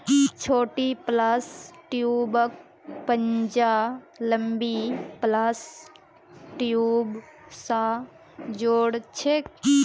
छोटी प्लस ट्यूबक पंजा लंबी प्लस ट्यूब स जो र छेक